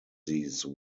these